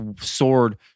sword